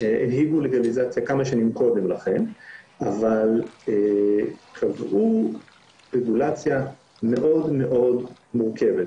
הנהיגו לגליזציה כמה שנים קודם לכן אבל קבעו רגולציה מאוד מאוד מורכבת,